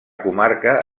comarca